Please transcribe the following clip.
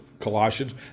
Colossians